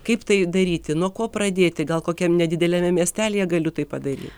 kaip tai daryti nuo ko pradėti gal kokiam nedideliame miestelyje galiu tai padaryt